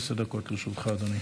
בבקשה, עשר דקות לרשותך, אדוני.